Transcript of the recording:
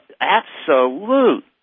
absolute